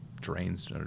drains